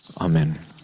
Amen